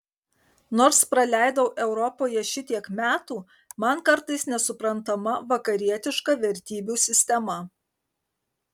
nors praleidau europoje šitiek metų man kartais nesuprantama vakarietiška vertybių sistema